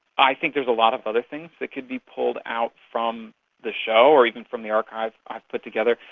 i think there's a lot of other things that could be pulled out from the show or even from the archive i've put together.